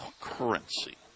currency